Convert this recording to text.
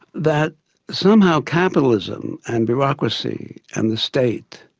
that somehow capitalism and bureaucracy and the state,